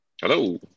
Hello